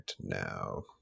now